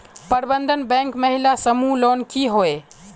प्रबंधन बैंक महिला समूह लोन की होय?